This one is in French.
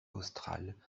australe